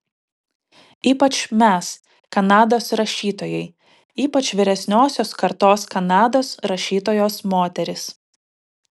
ypač mes kanados rašytojai ypač vyresniosios kartos kanados rašytojos moterys